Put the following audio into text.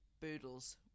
boodles